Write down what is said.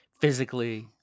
Physically